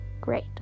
great